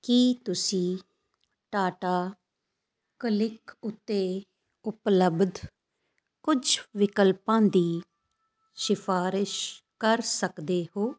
ਕੀ ਤੁਸੀਂ ਟਾਟਾ ਕਲਿੱਕ ਉੱਤੇ ਉਪਲੱਬਧ ਕੁਝ ਵਿਕਲਪਾਂ ਦੀ ਸ਼ਿਫਾਰਿਸ਼ ਕਰ ਸਕਦੇ ਹੋ